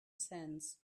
sands